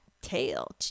tail